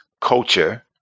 culture